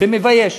ומבייש.